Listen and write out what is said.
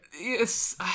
yes